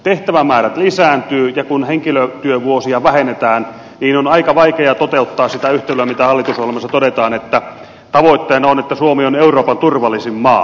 tehtävämäärät lisääntyvät ja kun henkilötyövuosia vähennetään on aika vaikea toteuttaa sitä yhtälöä mitä hallitusohjelmassa todetaan että tavoitteena on että suomi on euroopan turvallisin maa